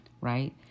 right